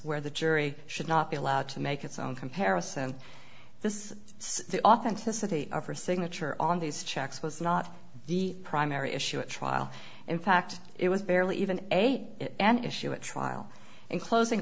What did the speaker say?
where the jury should not be allowed to make its own comparison this is the authenticity of her signature on these checks was not the primary issue at trial in fact it was barely even a an issue at trial in closing